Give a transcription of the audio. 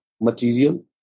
material